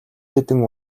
хэдэн